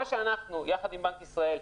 מה שאמרנו, יחד עם בנק ישראל,